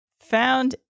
found